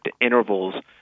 intervals